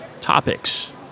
topics